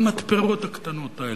המתפרות הקטנות האלה,